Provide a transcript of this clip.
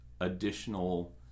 additional